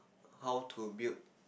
how to build